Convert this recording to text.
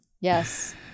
yes